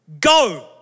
Go